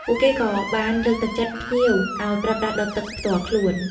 ពួកគេក៏បានលើកទឹកចិត្តភ្ញៀវឱ្យប្រើប្រាស់ដបទឹកផ្ទាល់ខ្លួន។